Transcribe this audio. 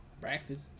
Breakfast